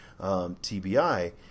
TBI